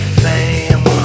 fame